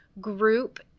group